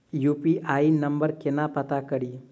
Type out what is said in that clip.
UPI number केना पत्ता कड़ी?